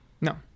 No